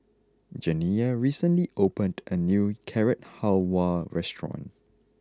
Janiyah recently opened a new Carrot Halwa restaurant